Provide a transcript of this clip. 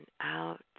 out